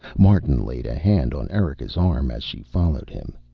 martin laid a hand on erika's arm as she followed him.